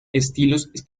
estilos